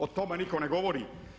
O tome nitko ne govori.